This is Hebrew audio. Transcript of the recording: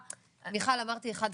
מיכל אמרתי אחד כזה,